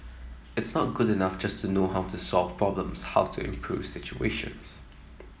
it's not good enough just to know how to solve problems how to improves situations